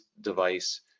device